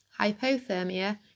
Hypothermia